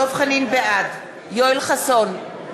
בעד יואל חסון,